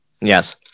Yes